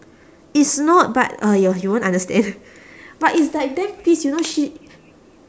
it's not but uh ya you won't understand but is like damn pissed you know she